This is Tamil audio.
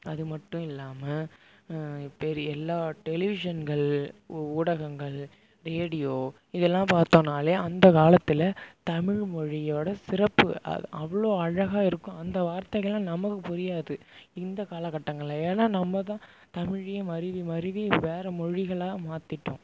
அதுமட்டும் இல்லாமல் பெரிய எல்லா டெலிவிஷன்கள் ஊ ஊடகங்கள் ரேடியோ இதெல்லாம் பார்த்தோன்னாலே அந்தக் காலத்தில் தமிழ்மொழியோட சிறப்பு அவ் அவ்வளோ அழகாக இருக்கும் அந்த வார்த்தைகள்லாம் நமக்குப் புரியாது இந்தக் காலக்கட்டங்கள்ல ஏன்னா நம்மதான் தமிழே மருவி மருவி வேற மொழிகளாக மாத்திகிட்டோம்